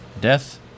Death